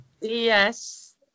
Yes